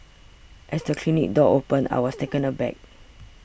as the clinic door opened I was taken aback